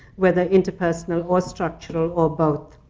whether interpersonal, or structural, or both.